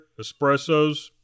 espressos